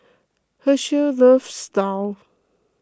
Hershell loves Daal